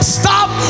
stop